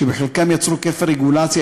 שחלקם יצרו כפל רגולציה,